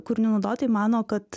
kūrinių naudotojai mano kad